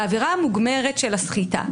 בעבירה המוגמרת של הסחיטה,